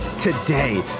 today